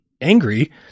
angry